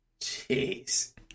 Jeez